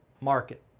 market